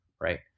Right